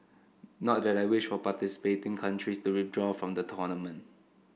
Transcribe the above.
not that I wish for participating countries to withdraw from the tournament